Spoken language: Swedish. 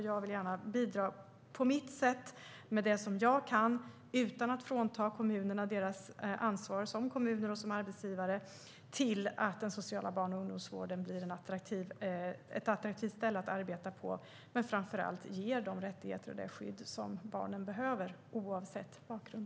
Jag vill bidra på mitt sätt med det som jag kan, utan att frånta kommunerna deras ansvar som kommuner och arbetsgivare, till att den sociala barn och ungdomsvården blir en attraktiv plats att arbeta på, men framför allt ge barnen de rättigheter och det skydd som de behöver, oavsett bakgrund.